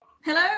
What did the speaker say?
hello